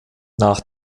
nach